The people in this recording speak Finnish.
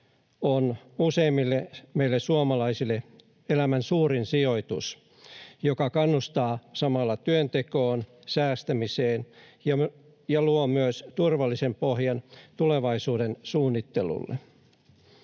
on useimmille meille suomalaisille elämän suurin sijoitus, joka kannustaa samalla työntekoon, säästämiseen ja luo myös turvallisen pohjan tulevaisuuden suunnittelulle.